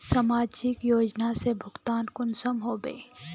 समाजिक योजना से भुगतान कुंसम होबे?